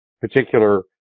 particular